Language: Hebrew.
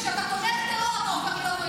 כשאתה תומך טרור, אתה הופך להיות אויב שלי.